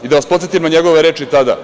Da vas podsetim na njegove reči tada.